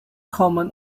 common